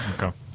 Okay